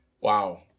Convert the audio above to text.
Wow